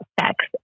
sex